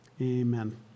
Amen